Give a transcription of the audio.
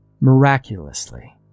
Miraculously